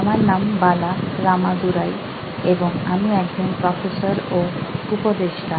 আমার নাম বালা রামাদুরাই এবং আমি একজন প্রফেসর ও উপদেষ্টা